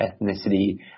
ethnicity